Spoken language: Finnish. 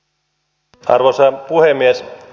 arvoisa puhemies